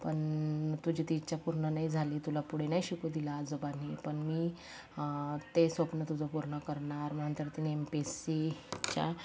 पण तुझी ती इच्छा पूर्ण नाही झाली तुला पुढे नाही शिकू दिलं आजोबांनी पण मी ते स्वप्न तुझं पूर्ण करणार मग नंतर तिने एम पी एस सीच्या